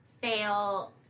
Fail